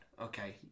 okay